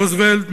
רוזוולט,